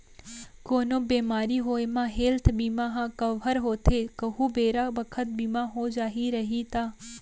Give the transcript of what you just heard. कोनो बेमारी होये म हेल्थ बीमा ह कव्हर होथे कहूं बेरा बखत बीमा हो जाही रइही ता